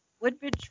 Woodbridge